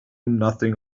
nothing